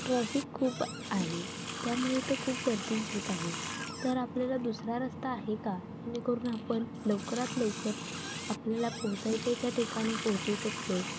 traffic खूप आहे त्यामुळे इथं खूप गर्दी दिसत आहे तर आपल्याला दुसरा रस्ता आहे का जेणेकरून आपण लवकरात लवकर आपल्याला पोहोचायच्या त्या ठिकाणी पोहोचू शकतो आहे